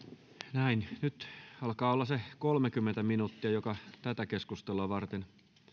nyt alkaa olla se kolmekymmentä minuuttia joka tätä keskustelua varten